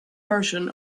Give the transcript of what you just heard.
version